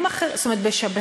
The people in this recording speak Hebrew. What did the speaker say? תודה רבה.